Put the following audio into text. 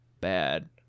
bad